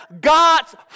God's